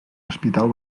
hospital